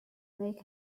make